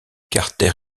carter